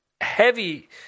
heavy